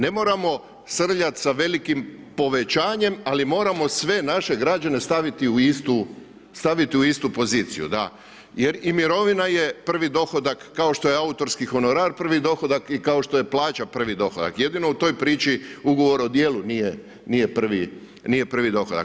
Ne moramo srljati sa velikom povećanjem ali moramo sve naše građane staviti u istu poziciji jer i mirovina je prvi dohodak kao što je autorski honorar prvi dohodak i kao što je plaća prvi dohodak, jedino u toj priči ugovor o djelu nije prvi dohodak.